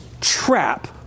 trap